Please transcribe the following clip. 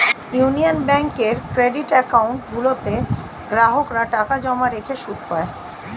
union ব্যাঙ্কের credit account গুলোতে গ্রাহকরা টাকা জমা রেখে সুদ পায়